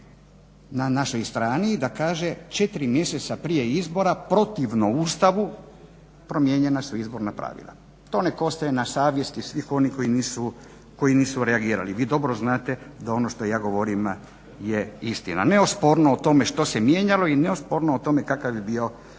na našoj strani da kaže 4 mjeseca prije izbora protivno Ustavu promijenjena su izborna pravila. To nek ostaje na savjesti svih onih koji nisu reagirali. Vi dobro znate da ono što ja govorim je istina. Neosporno o tome što se mijenjalo i neosporno o tome kakav je bio